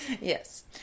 Yes